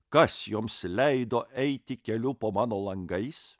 kas joms leido eiti keliu po mano langais